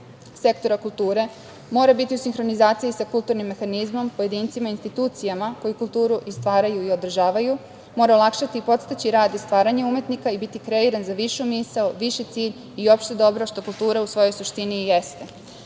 sektora kulture mora biti u sinhronizaciji sa kulturnim mehanizmom, pojedincima, institucijama koji kulturu i stvaraju i održavaju, mora olakšati i podstaći rad i stvaranje umetnika i biti kreiran za višu misao, viši cilj i opšte dobro, što kultura u svojoj suštini i jeste. Na